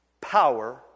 power